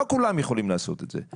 לא כולם יכולים לעשות את זה,